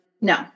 no